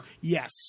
Yes